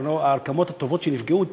הרקמות הטובות שנפגעו תשתקמנה.